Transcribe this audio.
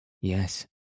yes